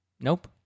nope